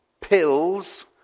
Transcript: pills